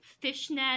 fishnet